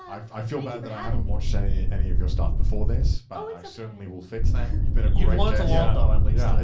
i feel bad that i haven't watched any, any of your stuff before this, but like i certainly will fix that a lot and yeah though. at least